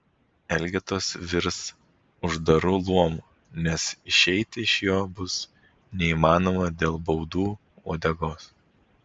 elgetos virs uždaru luomu nes išeiti iš jo bus neįmanoma dėl baudų uodegos